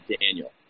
Daniel